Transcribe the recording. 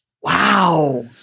Wow